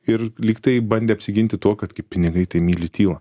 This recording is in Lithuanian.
ir lyg tai bandė apsiginti tuo kad pinigai tai myli tylą